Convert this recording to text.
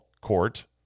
court